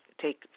take